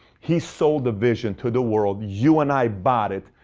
he sold the vision to the world. you and i bought it.